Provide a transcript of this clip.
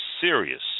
serious